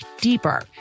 deeper